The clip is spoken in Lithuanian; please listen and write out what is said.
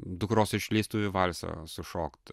dukros išleistuvių valsą sušokt